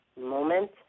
moment